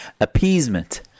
appeasement